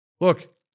Look